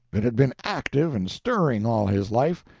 that had been active and stirring all his life,